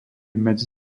medzi